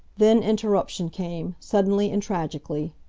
then interruption came, suddenly and tragically.